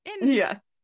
yes